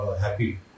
happy